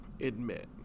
admit